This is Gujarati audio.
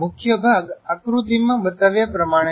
મુખ્ય ભાગ આકૃતિમાં બતાવ્યા પ્રમાણે છે